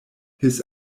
his